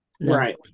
Right